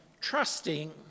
trusting